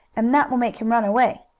and that will make him run away.